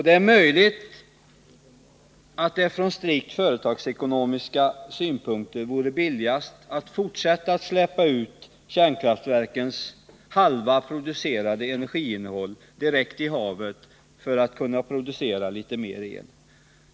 Det är möjligt att det från strikt företagsekonomiska synpunkter vore billigast att fortsätta att släppa ut hälften av kärnkraftverkens producerade energiinnehåll direkt i havet för att kunna producera litet mer el.